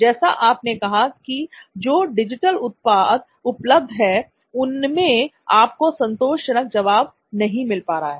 जैसा आपने कहा कि जो डिजिटल उत्पाद उपलब्ध है उनसे आपको संतोषजनक जवाब नहीं मिल पा रहा है